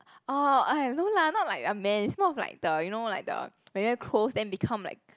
oh !aiya! no lah not like a man is more of like the you know like the very close then become like